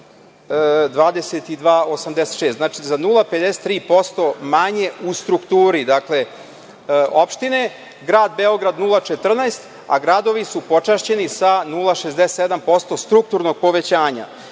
22,86%. Znači, za 0,53% manje u strukturi opštine, grad Beograd 0,14%, a gradovi su počašćeni sa 0,67% strukturnog povećanja. Meni